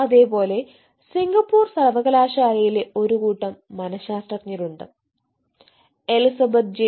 അതേപോലെ സിംഗപ്പൂർ സർവകലാശാലയിലെ ഒരുകൂട്ടം മനശാസ്ത്രജ്ഞരുണ്ട് എലിസബത്ത് ജെ